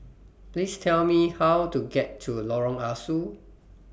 Please Tell Me How to get to Lorong Ah Soo